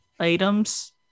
Items